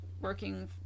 working